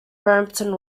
brampton